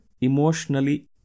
emotionally